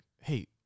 hey